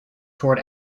toward